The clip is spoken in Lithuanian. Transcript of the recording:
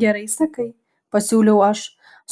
gerai sakai pasiūliau aš